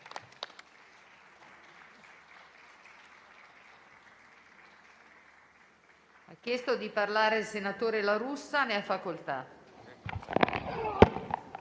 Grazie